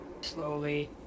slowly